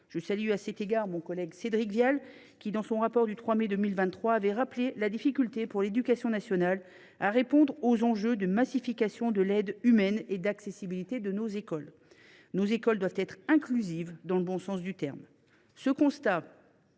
Je salue à cet égard mon collègue Cédric Vial, qui, dans son rapport du 3 mai 2023, avait rappelé la difficulté pour l’éducation nationale de répondre aux enjeux liés à la massification de l’aide humaine et à l’accessibilité de nos écoles. Ces dernières doivent être inclusives, dans le bon sens du terme.